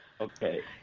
Okay